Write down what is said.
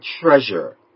Treasure